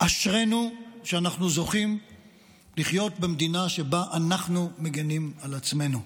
אשרינו שאנחנו זוכים לחיות במדינה שבה אנחנו מגינים על עצמנו.